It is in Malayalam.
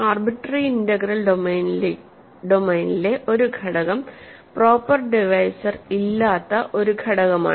ആർബിട്രറി ഇന്റഗ്രൽ ഡൊമെയ്നിലെ ഒരു ഘടകം പ്രോപ്പർ ഡിവൈസർ ഇല്ലാത്ത ഒരു ഘടകമാണ്